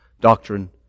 doctrine